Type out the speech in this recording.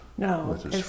No